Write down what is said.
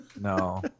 No